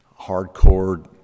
hardcore